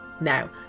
now